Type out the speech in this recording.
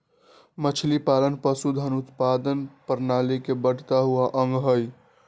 मछलीपालन पशुधन उत्पादन प्रणाली के बढ़ता हुआ अंग हई